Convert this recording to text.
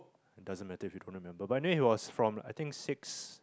it doesn't matter if you don't remember but then he was from I think six